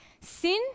sin